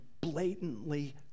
blatantly